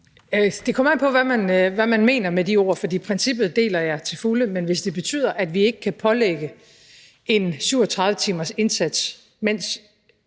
Det kommer an på, hvad man mener med de ord, for princippet deler jeg til fulde. Men hvis det betyder, at vi ikke kan pålægge en 37-timersindsats, mens